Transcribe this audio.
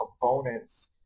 components